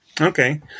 Okay